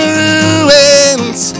ruins